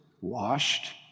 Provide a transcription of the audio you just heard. washed